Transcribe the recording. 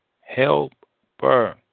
helper